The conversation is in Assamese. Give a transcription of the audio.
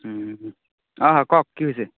অঁহ্ কওক কি হৈছে